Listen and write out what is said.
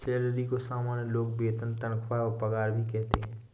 salary को सामान्य लोग वेतन तनख्वाह और पगार भी कहते है